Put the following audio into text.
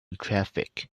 traffic